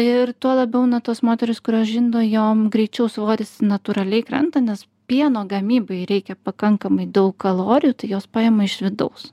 ir tuo labiau na tos moterys kurios žindo jom greičiau svoris natūraliai krenta nes pieno gamybai reikia pakankamai daug kalorijų tai jos paima iš vidaus